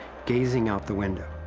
gazing out the window.